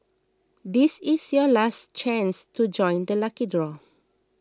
this is your last chance to join the lucky draw